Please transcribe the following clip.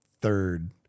third